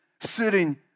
sitting